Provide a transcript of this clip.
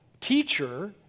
teacher